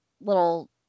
little